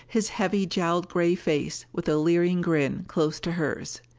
his heavy jowled gray face, with a leering grin, close to hers!